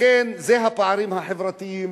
לכן זה הפערים החברתיים,